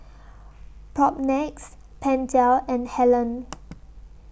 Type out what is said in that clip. Propnex Pentel and Helen